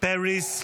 Paris,